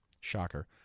Shocker